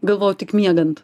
galvojau tik miegant